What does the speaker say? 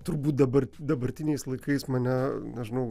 turbūt dabar dabartiniais laikais mane nežinau